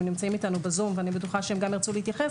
הם נמצאים אתנו בזום ואני בטוחה שהם גם ירצו להתייחס,